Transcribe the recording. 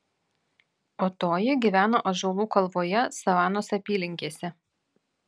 o toji gyvena ąžuolų kalvoje savanos apylinkėse